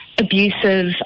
abusive